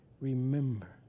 remember